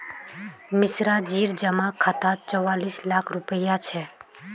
मिश्राजीर जमा खातात चौवालिस लाख रुपया छ